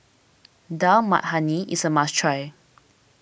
Dal Makhani is a must try